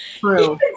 True